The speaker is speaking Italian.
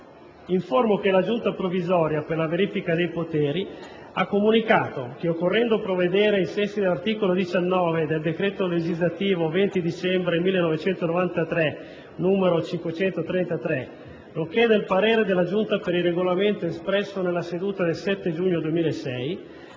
altresì che la Giunta provvisoria per la verifica dei poteri ha comunicato che, occorrendo provvedere, ai sensi dell'articolo 19 del decreto legislativo 20 dicembre 1993, n. 533, nonché del parere della Giunta per il Regolamento espresso nella seduta del 7 giugno 2006,